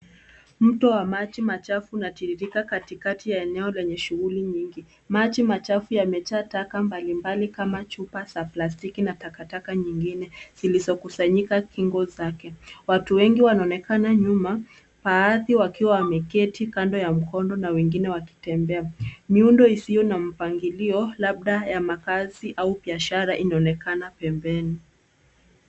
Mto wa maji machafu unatiririka katikati ya eneo lenye shughuli nyingi. Maji machafu yamejaa taka mbalimbali kama chupa za plastiki na takataka nyingine zilizokusanyika kingo zake. Watu wengi wanaonekana nyuma baadhi wakiwa wameketi kando ya mkondo na wengine wakitembea .Miundo isiyo na mpangilio labda ya makazi au biashara inaonekana pembeni.